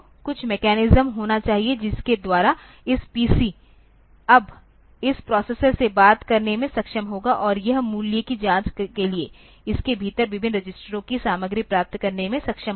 कुछ मैकेनिज्म होना चाहिए जिसके द्वारा यह पीसी अब इस प्रोसेसर से बात करने में सक्षम होगा और यह मूल्य की जांच के लिए इसके भीतर विभिन्न रजिस्टरों की सामग्री प्राप्त करने में सक्षम होगा